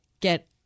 get